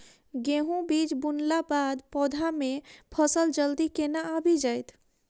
गेंहूँ बीज बुनला बाद पौधा मे फसल जल्दी केना आबि जाइत?